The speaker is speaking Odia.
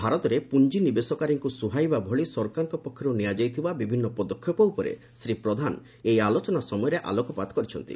ଭାରତରେ ପୁଞ୍ଜିନିବେଶକାରୀଙ୍କୁ ସୁହାଇବା ଭଳି ସରକାରଙ୍କ ପକ୍ଷରୁ ନିଆଯାଇଥିବା ବିଭିନ୍ନ ପଦକ୍ଷେପ ଉପରେ ଶ୍ରୀ ପ୍ରଧାନ ଏହି ଆଲୋଚନା ସମୟରେ ଆଲୋକପାତ କରିଛନ୍ତି